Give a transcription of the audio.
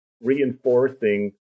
reinforcing